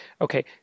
okay